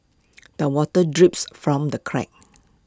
the water drips from the cracks